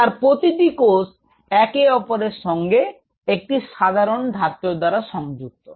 তো তার প্রতিটি কোষ একে অপরের সঙ্গে একটি সাধারণ ধাত্র দ্বারা সংযুক্ত